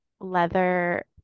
leather